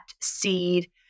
seed